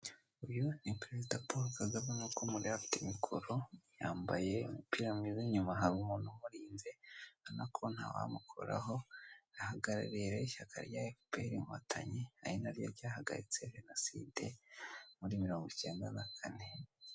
Uyu ni perezida Paul Kagame nk'uko mureba afite mikoro, yambaye umupira mwiza inyuma hari umuntu umurinze, ubona ko ntawamukoraho, ahagarariye rero ishyaka rya FPR Inkotanyi ari na ryo ryahagaritse jenoside muri mirongo icyenda na kane.